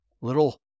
little